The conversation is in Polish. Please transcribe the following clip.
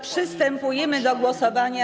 Przystępujemy do głosowania.